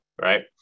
right